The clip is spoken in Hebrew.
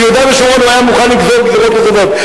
ביהודה ושומרון הוא היה מוכן לגזור גזירות נוספות.